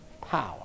power